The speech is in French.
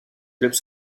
clubs